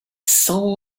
soul